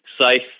safe